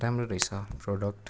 राम्रो रहेछ प्रडक्ट